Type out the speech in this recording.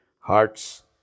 hearts